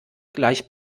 gleich